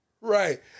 Right